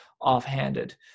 offhanded